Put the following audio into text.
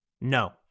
no